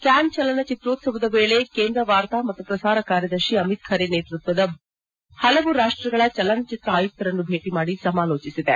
Cannes ಚಲನಚಿತ್ರೋತ್ಸವದ ವೇಳೆ ಕೇಂದ್ರ ವಾರ್ತಾ ಮತ್ತು ಪ್ರಸಾರ ಕಾರ್ಯದರ್ಶಿ ಅಮಿತ್ ಖರೆ ನೇತೃತ್ವದ ಭಾರತೀಯ ನಿಯೋಗ ಪಲವು ರಾಷ್ಟಗಳ ಚಲನಚಿತ್ರ ಆಯುತ್ತರನ್ನು ಭೇಟಿ ಮಾಡಿ ಸಮಾಲೋಜಿಸಿದೆ